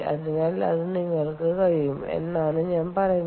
അതിനാൽ അത് നിങ്ങൾക്ക് കഴിയും എന്നാണ് ഞാൻ പറയുന്നത്